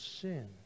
sin